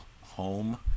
home